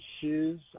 shoes